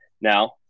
Now